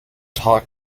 talk